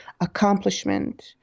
accomplishment